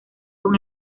con